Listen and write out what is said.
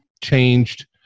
changed